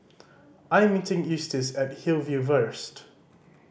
I am meeting Eustace at Hillview first